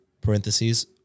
parentheses